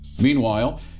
Meanwhile